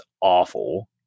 awful